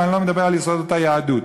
ואני לא מדבר על יסודות היהדות.